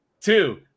two